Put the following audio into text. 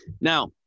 Now